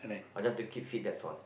I just want to keep fit that's all